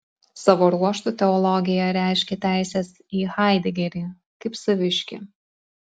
savo ruožtu teologija reiškė teises į haidegerį kaip saviškį